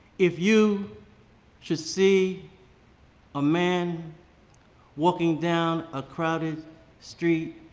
if you should see a man walking down a crowded street,